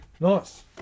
Nice